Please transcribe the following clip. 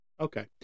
Okay